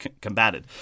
combated